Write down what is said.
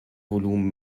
volumen